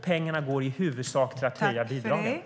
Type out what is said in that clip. Pengarna går dessutom i huvudsak till att höja bidragen.